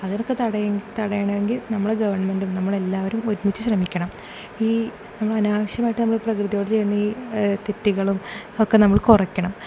അതിനൊക്കെ തടയ തടയണമെങ്കിൽ നമ്മളെ ഗവണ്മെൻറ്റും നമ്മൾ എല്ലാവരും ഒരുമിച്ച് ശ്രമിക്കണം ഈ അനാവശ്യമായിട്ട് നമ്മൾ പ്രകൃതിയോട് ചെയ്യുന്ന ഈ തെറ്റുകളും ഒക്ക നമ്മൾ കുറക്കണം